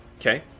Okay